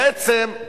בעצם,